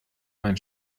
mein